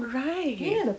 right